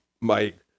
Mike